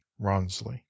Ronsley